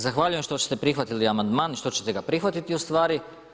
Zahvaljujem što ste prihvatili amandman i što ćete ga prihvatiti ustvari.